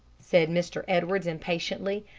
said mr. edwards, impatiently.